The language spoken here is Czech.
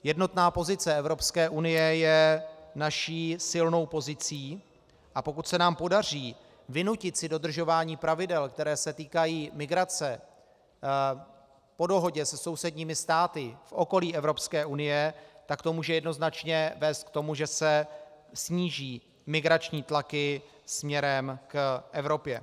Jednotná pozice Evropské unie je naší silnou pozicí, a pokud se nám podaří vynutit si dodržování pravidel, která se týkají migrace, po dohodě se sousedními státy v okolí Evropské unie, tak to může jednoznačně vést k tomu, že se sníží migrační tlaky směrem k Evropě.